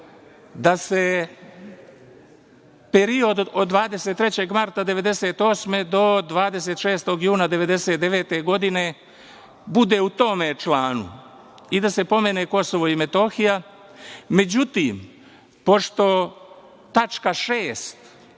da se period od 23. marta 1998. godine do 26. juna 1999. godine bude u tom članu i da se pomene Kosovo i Metohija. Međutim, pošto tačka 6)